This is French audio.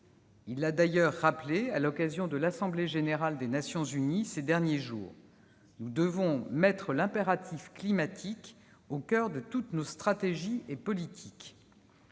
il l'a rappelé à l'Assemblée générale des Nations unies ces derniers jours, nous devons mettre l'impératif climatique au coeur de toutes nos stratégies et politiques.